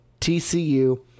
TCU